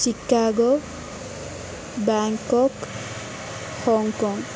Chicago Bangkok Hong Kong